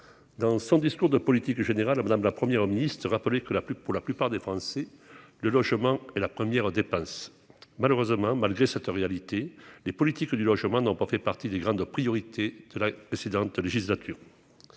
dans son discours de politique générale, madame la première ministre de rappeler que la pub pour la plupart des Français, le logement et la première dépassent malheureusement malgré cette réalité, les politiques du logement n'ont pas fait partie des grandes priorités de la précédente législature,